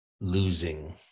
losing